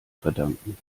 verdanken